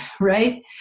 right